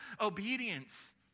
obedience